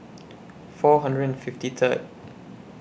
four hundred and fifty Third